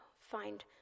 find